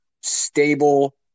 stable